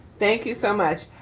thank you so much.